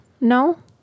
No